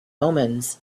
omens